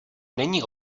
není